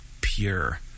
pure